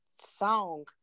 song